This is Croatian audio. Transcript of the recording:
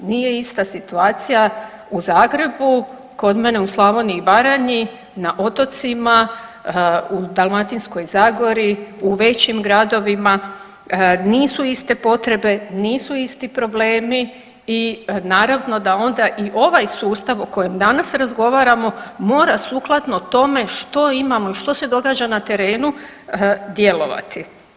Nije ista situacija u Zagrebu, kod mene u Slavoniji i Baranji, na otocima, u Dalmatinskoj zagori, u većim gradovima, nisu iste potrebe, nisu isti problemi i naravno da onda i ovaj sustav o kojem danas razgovaramo, mora sukladno tome što imamo i što se događa na terenu, djelovati.